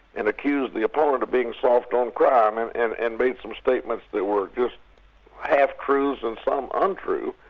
and accused the opponent of being soft on crime, and and and made some statements that were just half-truths and some untrue,